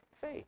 faith